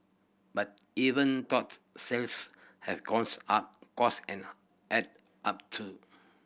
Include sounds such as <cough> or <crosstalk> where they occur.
but even thought sales have gone <unintelligible> up cost and add up too